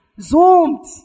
zoomed